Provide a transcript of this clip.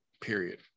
period